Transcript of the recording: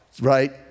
right